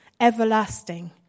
everlasting